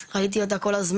היא התרוצצה בטלפונים,